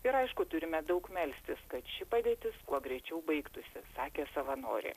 ir aišku turime daug melstis kad ši padėtis kuo greičiau baigtųsi sakė savanorė